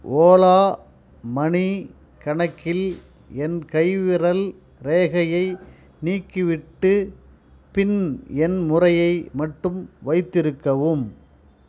Ola money கணக்கில் என் கைவிரல் ரேகையை நீக்கிவிட்டு பின் எண் முறையை மட்டும் வைத்திருக்கவும்